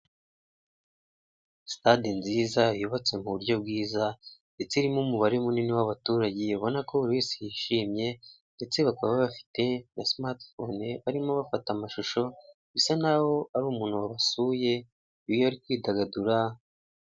Sitade nziza yubatse mu buryo bwiza ndetse irimo umubare munini w'abaturage, ubonako buri wese yishimye ndetse bakaba bafite na simati fone, barimo bafata amashusho bisa naho ari umuntu wabasuye iyo bari kwidagadura.